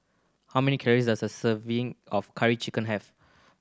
how many calories does a serving of Curry Chicken have